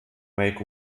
make